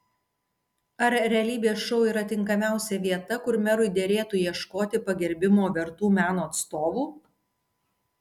ar realybės šou yra tinkamiausia vieta kur merui derėtų ieškoti pagerbimo vertų meno atstovų